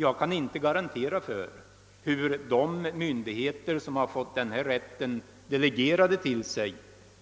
Jag kan inte lämna någon garanti för hur de myndigheter, som fått denna rätt delegerad till sig,